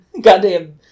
goddamn